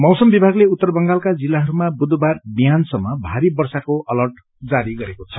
मौसम विभागले उत्तर बंगालका जिल्लाहरूमा बुधबार विहान सम्म भारी वर्षाको अलर्ट जारी गरेको छ